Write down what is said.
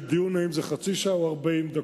יש דיון אם זה חצי שעה או 40 דקות.